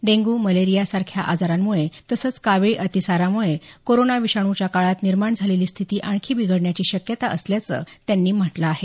dengue malaria सारख्या आजारांमुळे तसंच कावीळ अतीसारामुळे कोरोना विषाणूच्या काळात निर्माण झालेली स्थिती आणखी बिघडण्याची शक्यता असल्याचं त्यांनी म्हटलं आहे